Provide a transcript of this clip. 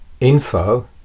Info